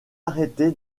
arrêté